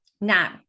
Now